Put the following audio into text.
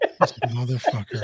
motherfucker